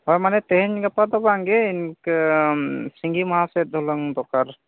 ᱦᱳᱭ ᱢᱟᱱᱮ ᱛᱮᱦᱮᱧ ᱜᱟᱯᱟ ᱫᱚ ᱵᱟᱝ ᱜᱮ ᱤᱱᱠᱟᱹ ᱥᱤᱸᱜᱤ ᱢᱟᱦᱟ ᱥᱮᱫ ᱦᱩᱱᱟᱹᱝ ᱫᱚᱨᱠᱟᱨ